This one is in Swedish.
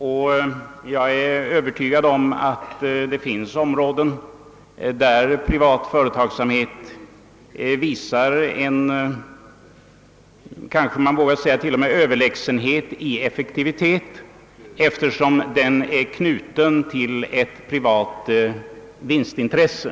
Och jag är övertygad om att det finns områden där privat företagsamhet t.o.m. är överlägsen samhällelig företagsamhet i effektivitet, eftersom den är knuten till ett privat vinstin tresse.